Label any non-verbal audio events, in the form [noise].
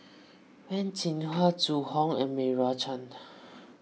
[noise] Wen Jinhua Zhu Hong and Meira Chand [noise]